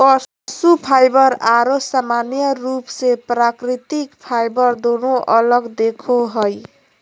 पशु फाइबर आरो सामान्य रूप से प्राकृतिक फाइबर दोनों अलग दिखो हइ